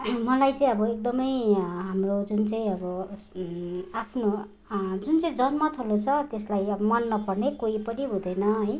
मलाई चाहिँ अब एकदमै हाम्रो जुन चाहिँ अब आफ्नो जुन चाहिँ जन्मथलो छ त्यसलाई अब मन नपर्ने कोही पनि हुँदैन है